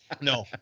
No